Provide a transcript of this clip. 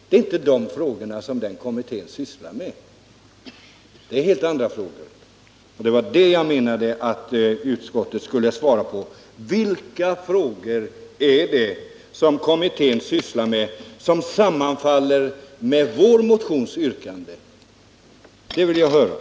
Det är inte sådana frågor som kommittén sysslar med utan helt andra. Jag vill därför veta: Vilka frågor är det kommittén sysslar med som sammanfaller med yrkandet i vår motion?